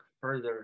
further